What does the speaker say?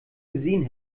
gesehen